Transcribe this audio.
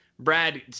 brad